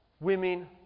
women